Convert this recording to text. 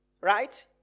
right